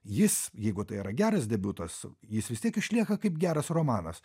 jis jeigu tai yra geras debiutas jis vis tiek išlieka kaip geras romanas